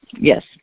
Yes